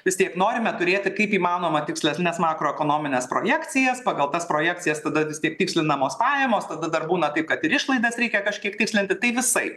vis tiek norime turėti kaip įmanoma tikslesnes makroekonomines projekcijas pagal tas projekcijas tada kaip tikslinamos pajamos tada dar būna kaip kad ir išlaidas reikia kažkiek tikslinti tai visai